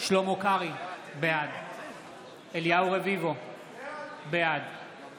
שלמה קרעי, בעד אליהו רביבו, בעד